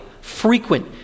frequent